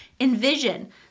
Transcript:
envision